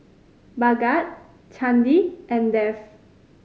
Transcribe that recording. Bhagat Chandi and Dev